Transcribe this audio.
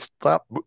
stop